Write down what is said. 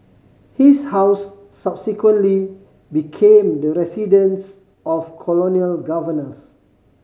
his house subsequently became the residence of colonial governors